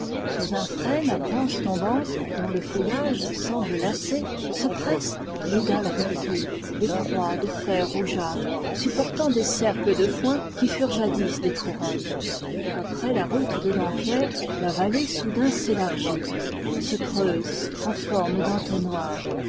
sous un frêne à branches tombantes dont le feuillage semble lassé se pressent les dalles rompues les croix de fer rougeâtre supportant des cercles de foin qui furent jadis des couronnes après la route de dampierre la vallée soudain s'élargit se creuse en forme d'entonnoir